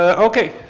ah ok,